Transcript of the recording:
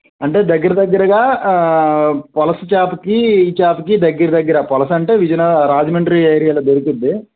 అంటే దగ్గర దగ్గరగా ఆ పులస చేపకి ఈ చేపకి దగ్గర దగ్గర పులస అంటే విజయనగరం రాజమండ్రి ఏరియాలో దొరుకుద్ది